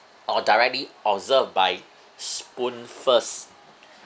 or directly observed by spoofers